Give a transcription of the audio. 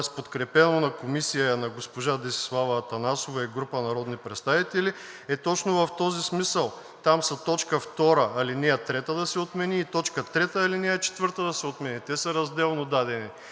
подкрепено на Комисията на госпожа Десислава Атанасова и група народни представители е точно в този смисъл. Там са т. 2, ал. 3 да се отмени и т. 3, ал. 4 да се отмени. Те са разделно дадени.